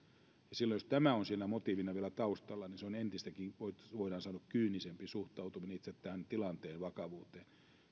silloin jos tämä on siinä motiivina vielä taustalla niin se on entistäkin voidaan sanoa kyynisempi suhtautuminen itse tilanteen vakavuuteen